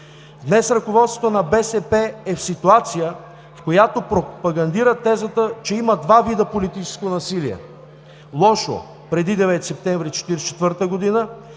Днес ръководството на БСП е в ситуация, в която пропагандира тезата, че има два вида политическо насилие: лошо – преди 9 септември 1944 г.,